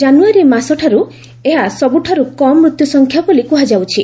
ଜାନୁୟାରୀ ମାସଠାରୁ ଏହା ସବୁଠାରୁ କମ୍ ମୃତ୍ୟୁ ସଂଖ୍ୟା ବୋଲି କୁହାଯାଉଛି